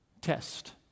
test